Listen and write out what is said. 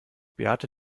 beate